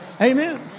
Amen